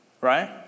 Right